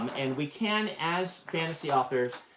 um and we can, as fantasy authors,